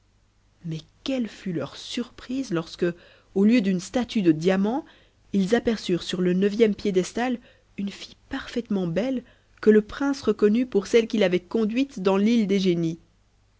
s quelle fut leur surprise lorsque au lieu d'une statue d diamant ils aperçurent sur le neuvième piédestal une ûile parfaitement belle que le prince reconnut pour celle qu'ir avait conduite dansl te des génies